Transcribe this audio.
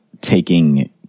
taking